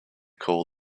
call